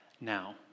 now